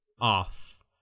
off